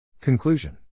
Conclusion